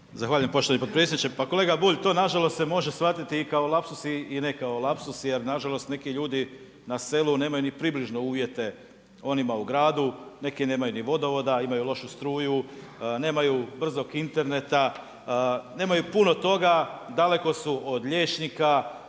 Zahvaljujem poštovani potpredsjedniče. Pa kolega Bulj to nažalost se može shvatiti i kao lapsus i ne kao lapsus jer nažalost neki ljudi na selu nemaju ni približno uvjete onima u gradu, neki nemaju ni vodovoda, imaju lošu struju, nemaju brzog interneta, nemaju puno toga, daleko su od liječnika,